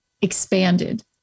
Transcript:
expanded